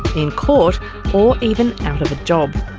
in court or even out of a job.